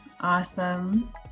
Awesome